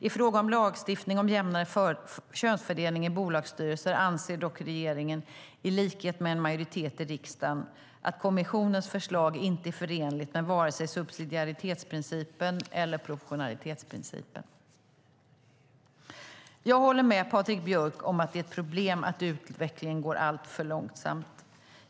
I fråga om lagstiftning om jämnare könsfördelning i bolagsstyrelser anser dock regeringen, i likhet med en majoritet i riksdagen, att kommissionens förslag inte är förenligt med vare sig subsidiaritetsprincipen eller proportionalitetsprincipen. Jag håller med Patrik Björck om att det är ett problem att utvecklingen går alltför långsamt.